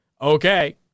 Okay